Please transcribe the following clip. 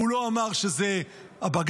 הוא לא אמר שזה הבג"צים,